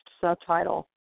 subtitle